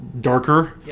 darker